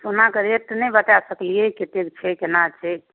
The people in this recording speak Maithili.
सोनाके रेट नहि बता सकलियै कतेक छै केना छै